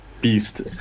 Beast